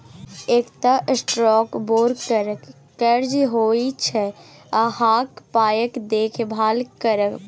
एकटा स्टॉक ब्रोकरक काज होइत छै अहाँक पायक देखभाल करब